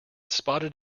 spotted